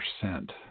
percent